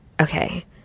Okay